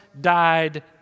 died